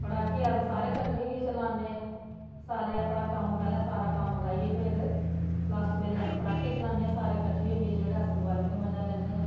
पटाके अस सारे किट्ठे होइयै चलाने सारे अपना कम्म पैह्लें सारा कम्म मकाइयै फिर लास्ट बेल्लै अस पटाके चलाने सारे किट्ठे होइयै जेह्ड़ा अस दिवाली दा मजा लैन्ने आं